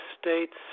states